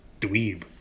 dweeb